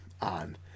on